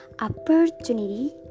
opportunity